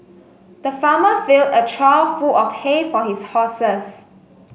the farmer filled a trough full of hay for his horses